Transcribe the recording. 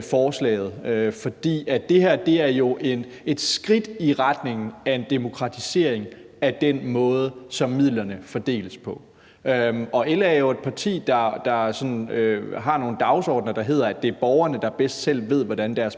forslaget. For det her er jo et skridt i retning af en demokratisering af den måde, som midlerne fordeles på, og LA er jo et parti, der har nogle dagsordener, der drejer sig om, at det er borgerne, der bedst selv ved, hvordan de